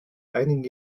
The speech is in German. einigen